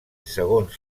segons